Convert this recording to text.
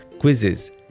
quizzes